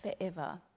forever